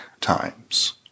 times